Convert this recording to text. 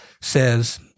says